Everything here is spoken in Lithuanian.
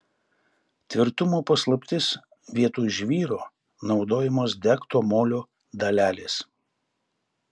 tvirtumo paslaptis vietoj žvyro naudojamos degto molio dalelės